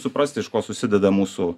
suprasti iš ko susideda mūsų